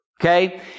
okay